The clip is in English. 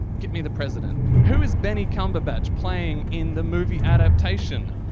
get me the president! who's benny cumberbatch playing in the movie adaptation!